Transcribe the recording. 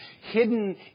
hidden